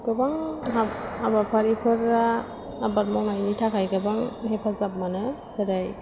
गोबां हाबाफारिफोरा आबाद मावनायनि थाखाय गोबां हेफाजाब मोनो जेरै